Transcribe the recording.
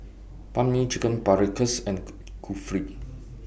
Banh MI Chicken Paprikas and Kulfi